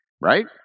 right